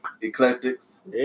Eclectics